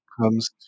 comes